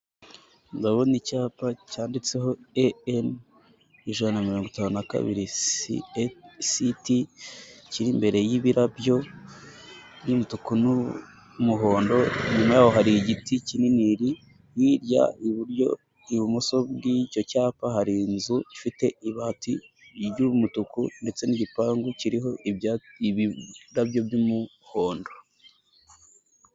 Ndabona icyapa cyanditseho EN ijana na mirongo itanu na kabiri ST kiri imbere y'ibirabyo by'imituku n'umuhondo inyuma yaho hari igiti kinini, hirya iburyo ibumoso bw'icyo cyapa hari inzu ifite ibati ry'umutuku ndetse n'igipangu kiriho ibirabyo by'umuhondo.